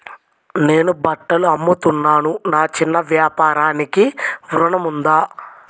నేను బట్టలు అమ్ముతున్నాను, నా చిన్న వ్యాపారానికి ఋణం ఉందా?